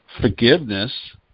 forgiveness